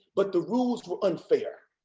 but the rules were unfair.